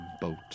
boat